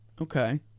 Okay